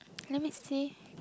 let me see